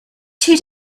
two